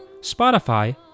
Spotify